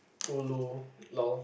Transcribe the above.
ulu lol